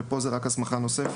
פה זוהי רק הסמכה נוספת.